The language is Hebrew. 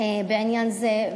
בעניין זה,